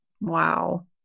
Wow